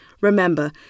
Remember